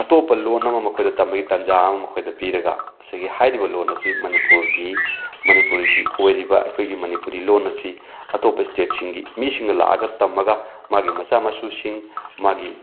ꯑꯇꯣꯞꯄ ꯂꯣꯟ ꯑꯃ ꯃꯈꯣꯏꯗ ꯇꯝꯕꯒꯤ ꯇꯥꯟꯖꯥ ꯑꯃ ꯃꯈꯣꯏꯗ ꯄꯤꯔꯒ ꯑꯁꯤꯒꯤ ꯍꯥꯏꯔꯤꯕ ꯂꯣꯟ ꯑꯁꯤ ꯃꯅꯤꯄꯨꯔꯒꯤ ꯃꯅꯤꯄꯨꯔꯒꯤ ꯑꯣꯏꯔꯤꯕ ꯑꯩꯈꯣꯏꯒꯤ ꯃꯅꯤꯄꯨꯔꯤ ꯂꯣꯟ ꯑꯁꯤ ꯑꯇꯣꯞꯄ ꯏꯁꯇꯦꯠꯁꯤꯡꯒꯤ ꯃꯤꯁꯤꯡꯅ ꯂꯥꯛꯑꯒ ꯇꯝꯃꯒ ꯃꯥꯒꯤ ꯃꯆꯥ ꯃꯁꯨꯁꯤꯡ ꯃꯥꯒꯤ